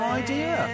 idea